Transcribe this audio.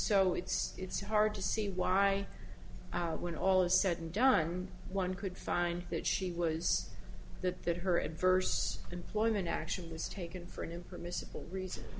so it's it's hard to see why when all is said and done one could find that she was that that her adverse employment action was taken for an impermissible rea